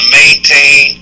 maintain